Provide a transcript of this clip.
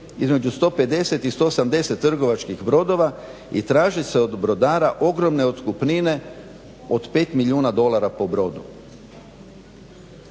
između 150 i 170 trgovačkih brodova i traži se od brodara ogromne otkupnine od 5 milijuna dolara po brodu.